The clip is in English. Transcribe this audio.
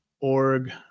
org